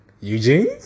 Eugene